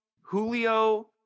Julio